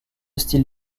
style